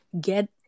get